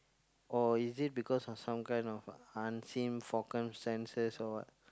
or is it because of some kind of unseen circumstances or what